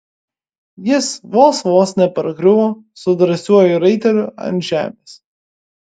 jis vos vos nepargriuvo su drąsiuoju raiteliu ant žemės